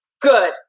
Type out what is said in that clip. good